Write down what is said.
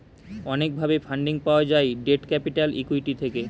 অনেক ভাবে ফান্ডিং পাওয়া যায় ডেট ক্যাপিটাল, ইক্যুইটি থেকে